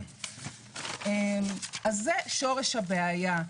זה שורש הבעיה.